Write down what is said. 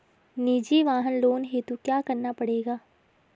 निजी वाहन लोन हेतु क्या करना पड़ेगा?